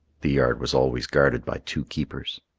the yard was always guarded by two keepers.